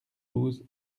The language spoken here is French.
douze